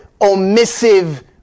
omissive